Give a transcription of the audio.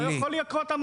לא יכול להיות המצב הזה.